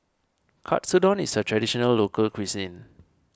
Katsudon is a Traditional Local Cuisine